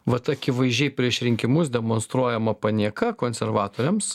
vat akivaizdžiai prieš rinkimus demonstruojama panieka konservatoriams